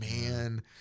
man